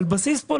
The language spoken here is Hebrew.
זה דבר בסיסי.